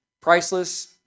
priceless